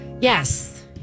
Yes